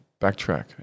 backtrack